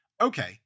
Okay